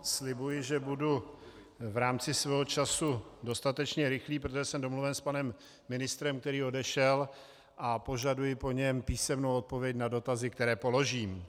Slibuji, že budu v rámci svého času dostatečně rychlý, protože jsem domluven s panem ministrem, který odešel, a požaduji po něm písemnou odpověď na dotazy, které položím.